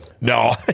No